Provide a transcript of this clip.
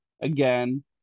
again